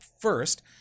First